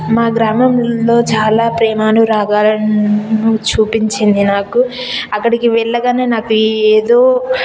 మా గ్రామములో చాలా ప్రేమానురాగాలును చూపించింది నాకు అక్కడికి వెళ్ళగానే నాకు ఏదో